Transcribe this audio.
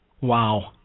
Wow